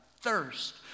thirst